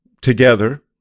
together